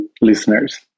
listeners